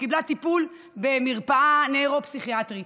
שקיבלה טיפול במרפאה נוירו-פסיכיאטרית,